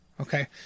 okay